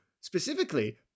specifically